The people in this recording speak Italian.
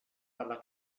dalla